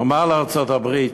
לומר לארצות-הברית: